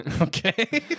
okay